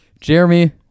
Jeremy